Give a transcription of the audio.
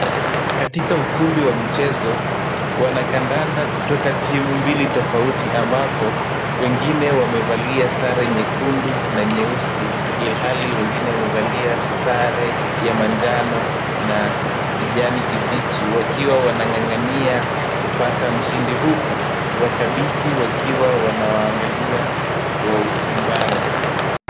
Katika ukumbi wa michezo, wanakandanda kutoka timu mbili tofauti ambapo wengine wamevalia sare nyekundu na nyeusi, ilhali wengine wamevalia sare ya manjano na kijani kibichi wakiwa wanang'ang'ania kupata mshindi huku mashabiki wakiwa wanawaangalia kwa umbali.